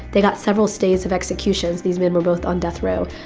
they got several stays of executions. these men were both on death row.